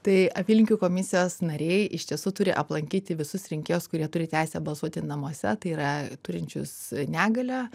tai apylinkių komisijos nariai iš tiesų turi aplankyti visus rinkėjus kurie turi teisę balsuoti namuose tai yra turinčius negalią